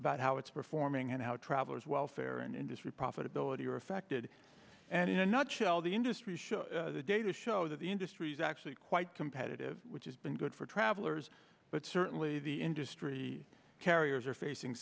about how it's performing and how travelers welfare and industry profitability are affected and in a nutshell the industry should the data show that the industry is actually quite competitive which has been good for travelers but certainly the industry carriers are facing